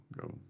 go